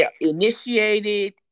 initiated